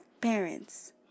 parents